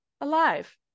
alive